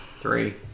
Three